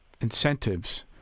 incentives